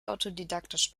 autodidaktisch